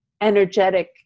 energetic